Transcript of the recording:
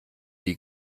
die